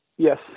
Yes